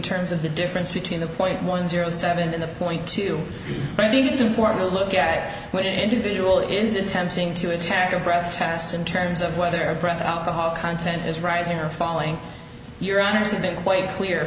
terms of the difference between the point one zero seven the point two i think it's important to look at what individual is attempting to attack a breath test in terms of whether a breath alcohol content is rising or falling your honour's have been quite clear